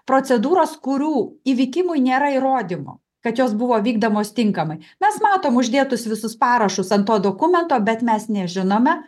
procedūros kurių įvykimui nėra įrodymų kad jos buvo vykdomos tinkamai mes matom uždėtus visus parašus ant to dokumento bet mes nežinome